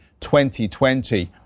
2020